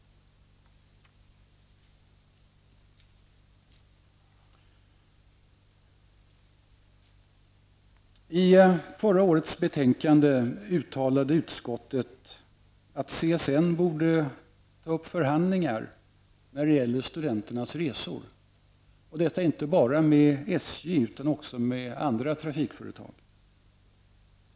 I förra årets betänkande i ärendet uttalade utskottet att CSN borde ta upp förhandlingar om studenternas resor, inte bara med SJ utan också med andra trafikföretag.